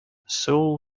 seoul